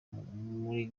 muri